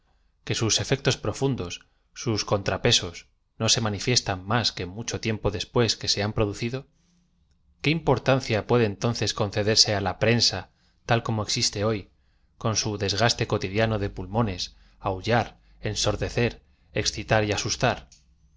que sus efectos profundos sus contra pesos no se mdnifiestan más que mucho tiempo des puéa que se han producido qué importancia puede estonces concederse á íaprensay tal como existe hoy con su desgaste cotidiano de pulmones aullar ensor decer excitar y asustar